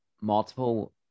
multiple